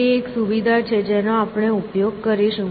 તે એક સુવિધા છે જેનો આપણે ઉપયોગ કરીશું